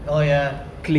oh ya